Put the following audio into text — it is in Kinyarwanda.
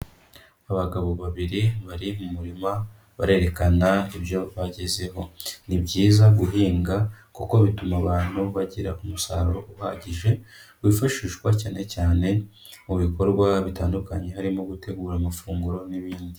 Abagabo babiri bari mu murima barerekana ibyo bagezeho. Ni byiza guhinga kuko bituma abantu bagira umusaruro uhagije, wifashishwa cyane cyane mu bikorwa bitandukanye harimo gutegura amafunguro n'ibindi.